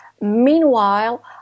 Meanwhile